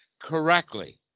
correctly